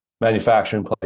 manufacturing